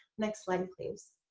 next slide please,